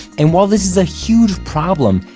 and while this is a huge problem,